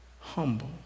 Humble